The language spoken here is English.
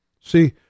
See